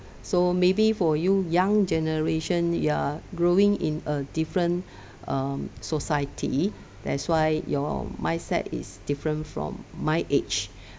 so maybe for you young generation you're growing in a different um society that's why your mindset is different from my age